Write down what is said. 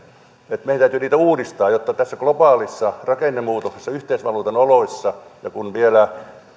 että meidän täytyy niitä uudistaa jotta tässä globaalissa rakennemuutoksessa yhteisvaluutan oloissa vielä